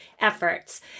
efforts